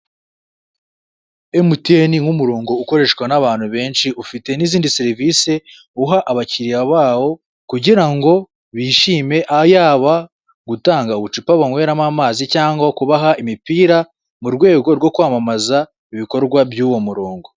Emutiyeni nk'umurongo ukoreshwa n'abantu benshi, ufite n'izindi serivise uha abakiriya bawo, kugira ngo bishime, yaba gutanga ubucupa banyweramo amazi cyangwa kubaha imipira, mu rwego rwo kwamamaza ibikorwa by'uwo murongo.